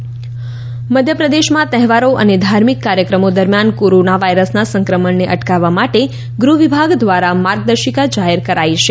તહેવારો મધ્યપ્રદેશમાં તહેવારો અને ધાર્મિક કાર્યક્રમો દરમિયાન કોરોના વાયરસના સંક્રમણને અટકાવવા માટે ગૃહ વિભાગ દ્વારા માર્ગદર્શિકા જાહેર કરાઇ છે